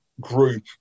group